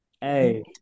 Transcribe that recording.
hey